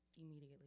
immediately